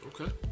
Okay